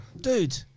dude